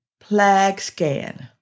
PlagScan